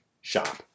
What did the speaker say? shop